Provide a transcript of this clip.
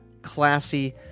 Classy